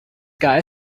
guy